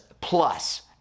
plus